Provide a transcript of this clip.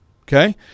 Okay